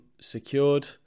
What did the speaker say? secured